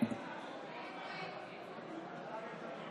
חברי הכנסת,